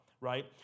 right